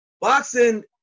boxing